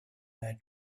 their